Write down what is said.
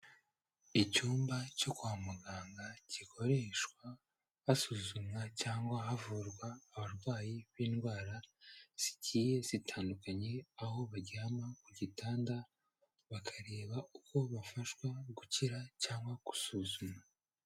Icyumba cyo kwa muganga gikoreshwa hasuzumwa cyangwa havurwa abarwayi b'indwara zigiye zitandukanye, aho baryama ku gitanda bakareba uko bafashwa mu gukira cyangwa gusuzumwa.